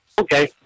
Okay